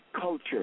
culture